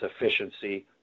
efficiency